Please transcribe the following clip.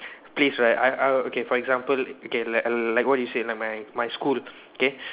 place right I I will okay for example okay like like what you said like my my school okay